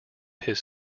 his